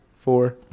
four